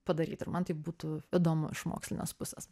padaryt ir man tai būtų įdomu iš mokslinės pusės